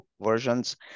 versions